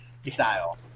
style